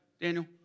Daniel